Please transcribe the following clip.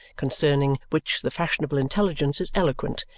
concerning which the fashionable intelligence is eloquent,